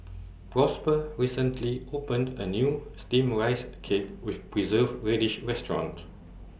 Prosper recently opened A New Steamed Rice Cake with Preserved Radish Restaurant